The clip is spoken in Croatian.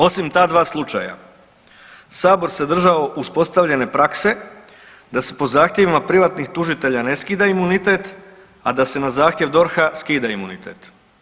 Osim ta dva slučaja sabor se držao uspostavljene prakse da se po zahtjevima privatnih tužitelja ne skida imunitet, a da se na zahtjev DORH-a skida imunitet.